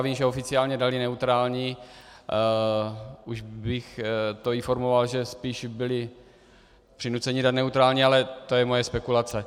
Vím, že oficiálně dali neutrální už bych informoval, že spíš byli přinuceni dát neutrální, ale to je moje spekulace.